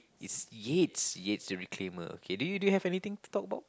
it's Yates Yates the reclaimer okay do you do you have anything to talk about